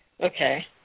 Okay